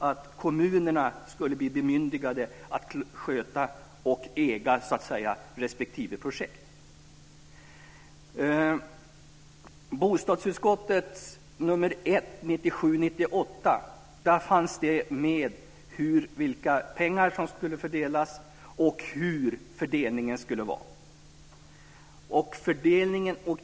1997/98:BoU1 stod det vilka pengar som skulle fördelas och hur fördelningen skulle vara.